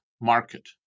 market